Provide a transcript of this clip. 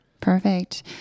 Perfect